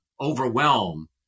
overwhelm